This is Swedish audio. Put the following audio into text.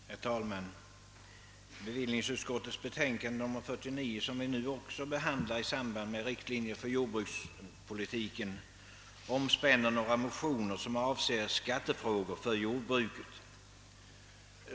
Herr talman! Bevillningsutskottets betänkande nr 49, som vi också behandlar i samband med riktlinjer för jord brukspolitiken, omspänner några motioner som avser skattefrågor för jordbruket.